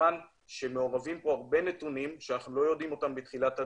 מכיוון שמעורבים פה הרבה נתונים שאנחנו לא יודעים אותם בתחילת הדרך.